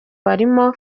barimo